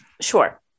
sure